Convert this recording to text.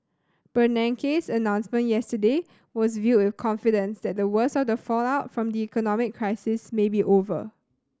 Bernanke's announcement yesterday was viewed with confidence that the worst of the fallout from the economic crisis may be over